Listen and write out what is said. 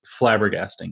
flabbergasting